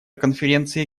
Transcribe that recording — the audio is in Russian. конференции